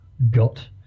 got